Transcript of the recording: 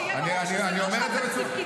אבל שיהיה ברור שזה לא שהתקציב קיצץ.